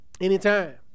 Anytime